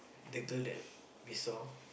the girl that they saw